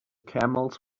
camels